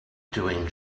doing